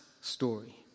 story